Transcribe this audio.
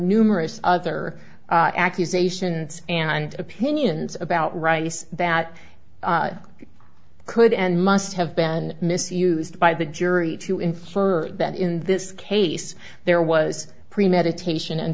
numerous other accusations and opinions about rice that could and must have been misused by the jury to infer that in this case there was premeditation and